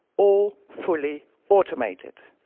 all fully automated.